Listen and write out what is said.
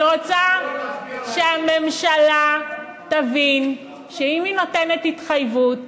אני רוצה שהממשלה תבין שאם היא נותנת התחייבות,